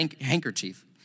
handkerchief